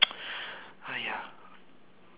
!aiya!